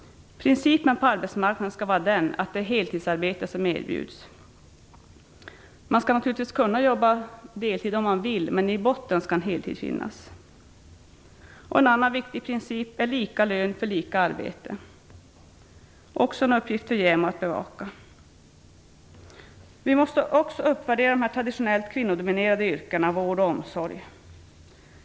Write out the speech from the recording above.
Principen på arbetsmarknaden skall vara den att det är heltidsarbete som erbjuds. Man skall naturligtvis kunna jobba deltid om man vill, men i botten skall en heltid finnas. En annan viktig princip är lika lön för lika arbete. Också detta är en uppgift för JämO att bevaka. Vi måste också uppvärdera de traditionellt kvinnodominerade yrkena vård och omsorg.